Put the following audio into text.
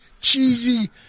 cheesy